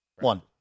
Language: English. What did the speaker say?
One